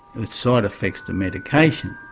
with side effects to medication.